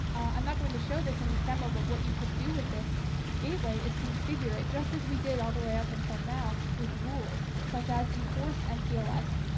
i'm not going to show this in this demo, but what you could do with this gateway is configure it, just as we did all the way up until now, with rules, such as enforce mtl